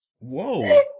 Whoa